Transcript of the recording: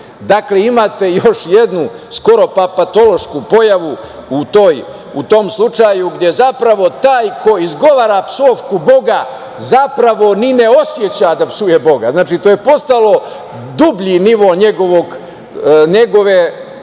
psujem. Dakle, imate još jednu, skoro pa patološku pojavu u tom slučaju, gde zapravo taj koji izgovara psovku Boga zapravo ni ne oseća da psuje Boga. Znači, to je postalo dublji nivo njegove